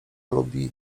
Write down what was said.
lubi